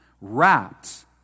wrapped